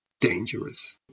dangerous